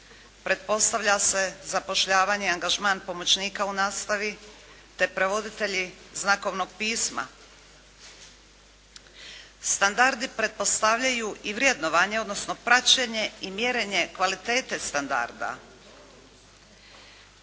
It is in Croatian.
Pretpostavlja se, zapošljavanje i angažman pomoćnika u nastavi te prevoditelji znakovnog pisma. Standardi i vrjednovanje, odnosno praćenje i mjerenje kvalitete standarda.